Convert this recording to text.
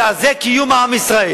שעל זה קיום עם ישראל,